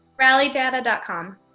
Rallydata.com